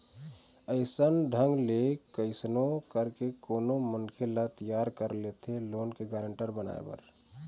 अइसन ढंग ले कइसनो करके कोनो मनखे ल तियार कर लेथे लोन के गारेंटर बनाए बर